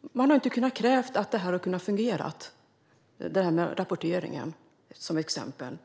Man har inte kunnat kräva att rapporteringen har fungerat, som ett exempel.